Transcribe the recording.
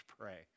pray